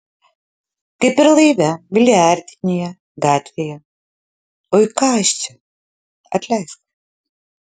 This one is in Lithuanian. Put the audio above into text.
kaip ir laive biliardinėje gatvėje oi ką aš čia atleisk